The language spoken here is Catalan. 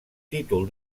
títol